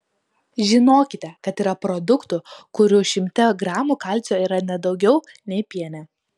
žinokite kad yra produktų kurių šimte gramų kalcio yra net daugiau nei piene